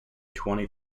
twenty